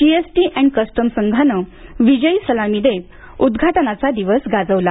GST and custom संघानं विजयी सलामी देत उद्घाटनाचा दिवस गाजवला